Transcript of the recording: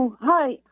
Hi